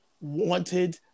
wanted